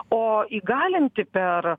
o įgalinti per